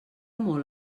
molt